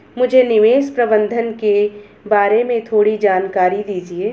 मुझे निवेश प्रबंधन के बारे में थोड़ी जानकारी दीजिए